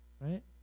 Right